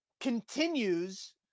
continues